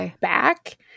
back